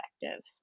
effective